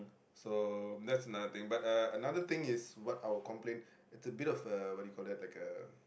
so that's another thing but uh another thing is what our complaint is a bit of uh what do you call that like a